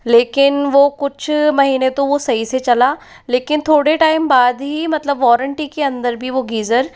लेकिन वह कुछ महीने तो वह सही से चला लेकिन थोड़े टाइम बाद ही मतलब वॉरन्टी के अंदर भी वो गीज़र